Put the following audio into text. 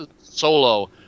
Solo